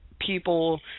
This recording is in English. people